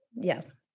yes